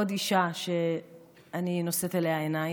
עוד אישה שאני נושאת אליה עיניים,